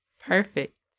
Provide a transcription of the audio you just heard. Perfect